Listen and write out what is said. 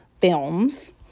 films